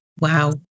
Wow